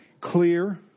clear